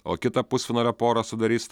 o kitą pusfinalio porą sudarys